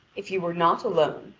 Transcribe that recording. if you were not alone,